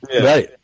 right